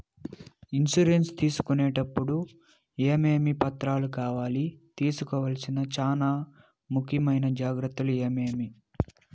Insurance తీసుకునేటప్పుడు టప్పుడు ఏమేమి పత్రాలు కావాలి? తీసుకోవాల్సిన చానా ముఖ్యమైన జాగ్రత్తలు ఏమేమి?